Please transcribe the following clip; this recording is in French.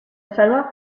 falloir